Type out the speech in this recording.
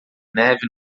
neve